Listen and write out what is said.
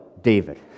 David